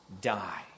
die